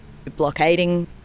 Blockading